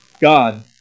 God